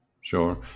Sure